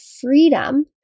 freedom